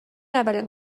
اولین